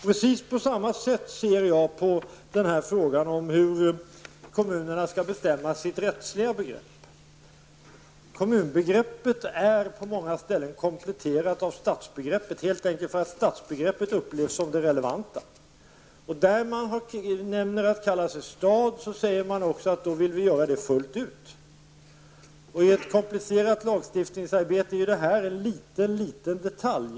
Precis på samma sätt ser jag på frågan om hur kommunerna skall bestämma sitt rättsliga begrepp. Kommunbegreppet är på många ställen kompletterat med stadsbegreppet, helt enkelt därför att stadsbegreppet upplevs som det relevanta. Där man väljer att kalla sig stad säger man också att man vill göra det fullt ut. Och i ett komplicerat lagstiftningsarbete är detta en mycket liten detalj.